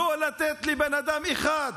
לא לתת לבן אדם אחד